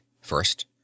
First